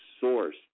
source